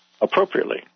appropriately